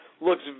looks